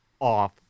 off